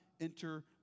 enter